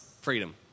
Freedom